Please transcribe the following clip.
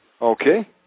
Okay